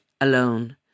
alone